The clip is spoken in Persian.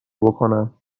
بکنم